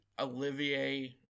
Olivier